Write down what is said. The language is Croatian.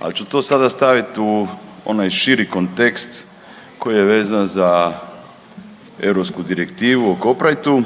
ali ću to sada staviti u onaj širi kontekst koji je vezan za europski direktivu o Copyrightu